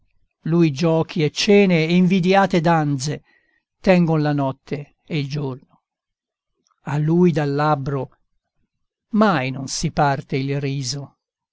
lui giochi e cene e invidiate danze tengon la notte e il giorno a lui dal labbro mai non si parte il riso